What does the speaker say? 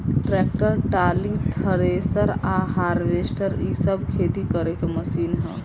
tractor, trolley, thresher आ harvester इ सब खेती करे के मशीन ह